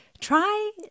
try